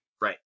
Right